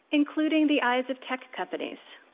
including the eyes of tech companies.